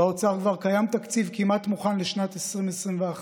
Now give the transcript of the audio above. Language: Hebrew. שבאוצר כבר קיים תקציב כמעט מוכן לשנת 2021,